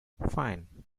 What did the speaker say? fine